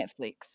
Netflix